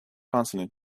consonant